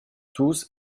tous